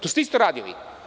To ste isto radili.